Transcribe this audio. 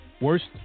worst